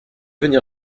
venir